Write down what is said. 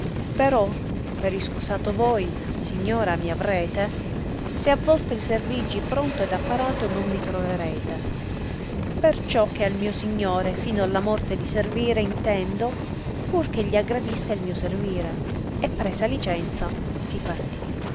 però per iscusato voi signora mi avrete se a vostri servigi pronto e apparato non mi trovarete perciò che al mio signore fino alla morte di servire intendo pur che gli aggradisca il mio servire e presa licenza si partì